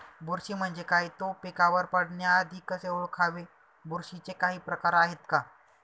बुरशी म्हणजे काय? तो पिकावर पडण्याआधी कसे ओळखावे? बुरशीचे काही प्रकार आहेत का?